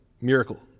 miracle